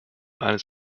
eines